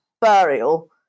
burial